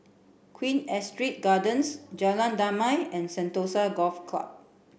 Queen Astrid Gardens Jalan Damai and Sentosa Golf Club